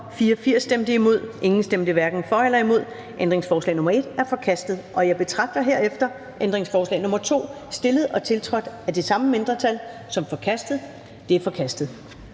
og Uffe Elbæk (UFG)), hverken for eller imod stemte 0. Ændringsforslag nr. 1 er forkastet. Jeg betragter herefter ændringsforslag nr. 2, stillet og tiltrådt af de samme mindretal, som forkastet. Det er forkastet.